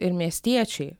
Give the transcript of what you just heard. ir miestiečiai